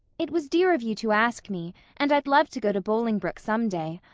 it was dear of you to ask me and i'd love to go to bolingbroke some day.